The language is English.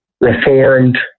Reformed